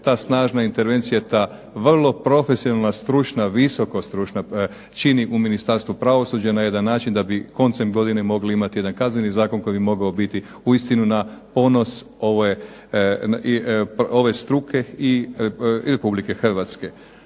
ta snažna intervencija ta vrlo profesionalna visoko stručna čini u Ministarstvu pravosuđa na jedan način da bi koncem godine imali jedan Kazneni zakon koji bi mogao biti uistinu na ponos ove struke i Republike Hrvatske.